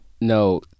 No